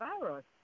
virus